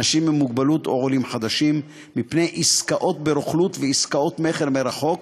אנשים עם מוגבלות ועולים חדשים מפני עסקאות ברוכלות ועסקאות מכר מרחוק,